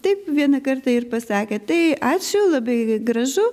taip vieną kartą ir pasakė tai ačiū labai gražu